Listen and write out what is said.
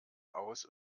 aus